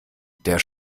der